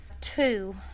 Two